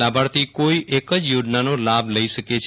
લાભાર્થી કોઈ એક જ યોજનાનો લાભ લઈ શકે છે